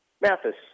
Mathis